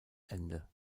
ende